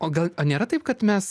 o gal ar nėra taip kad mes